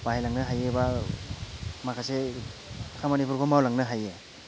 बाहायलांनो हायोबा माखासे खामानिफोरखौ मावलांनो हायो